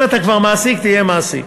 אם אתה כבר מעסיק, תהיה מעסיק.